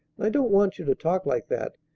and i don't want you to talk like that.